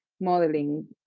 modeling